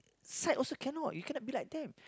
side also cannot you cannot be like them